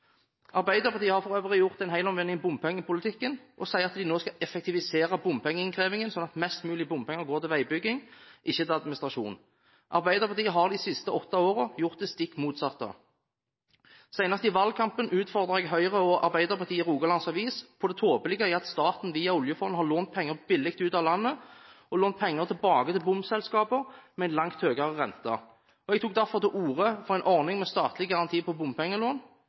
Arbeiderpartiet har for øvrig gjort en helomvending i bompengepolitikken og sier nå at de vil effektivisere bompengeinnkrevingen, sånn at mest mulig bompenger går til veibygging og ikke til administrasjon. Arbeiderpartiet har de siste åtte årene gjort det stikk motsatte. Senest i valgkampen utfordret jeg Høyre og Arbeiderpartiet i Rogalands Avis på det tåpelige i at staten via oljefondet har lånt penger billig ut av landet, og har lånt penger tilbake til bompengeselskaper med en langt høyere rente. Jeg tok derfor til orde for en ordning med statlig garanti på bompengelån,